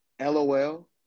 LOL